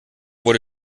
wurde